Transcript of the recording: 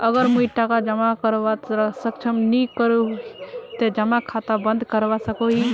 अगर मुई टका जमा करवात सक्षम नी करोही ते जमा खाता बंद करवा सकोहो ही?